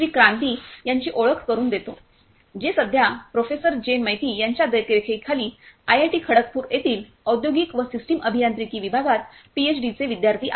क्रांती यांची ओळख करुन देतो जे सध्या प्रोफेसर जे मैती यांच्या देखरेखी खाली आयआयटी खडगपुर येथील औद्योगिक व सिस्टीम अभियांत्रिकी विभागात पीएचडी चे विद्यार्थी आहेत